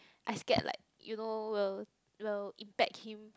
I scared like you know will will impact him